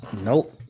nope